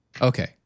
okay